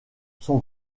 son